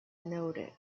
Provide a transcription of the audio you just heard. noted